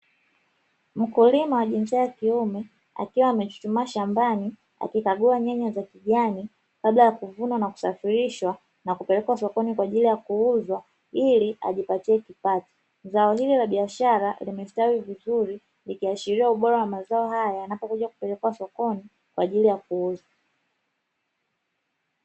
Mkulima wa jinsia ya kiume akiwa amechuchumaa shambani akikagua nyanya za kijani kabla ya kuvunwa na kusafirishwa na kupelekwa sokoni; kwa ajili ya kuuzwa ili ajipatie kipato zao hili la biashara limestwi vizuri ikiashiria ubora wa mazao haya na yanapokuja kupelekwa sokoni kwa ajili ya kuuzwa.